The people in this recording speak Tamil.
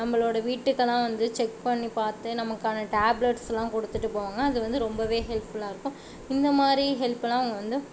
நம்மளோட வீட்டுக்கெல்லாம் வந்து செக் பண்ணி பார்த்து நமக்கான டேப்லெட்ஸ்லாம் கொடுத்துட்டு போவாங்க அது வந்து ரொம்பவே ஹெல்ப்ஃபுல்லாக இருக்கும் இந்த மாதிரி ஹெல்ப்பெல்லாம் அவங்க வந்து